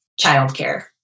childcare